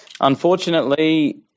unfortunately